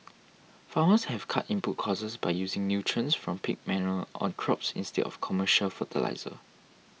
farmers have cut input costs by using nutrients from pig manure on crops instead of commercial fertiliser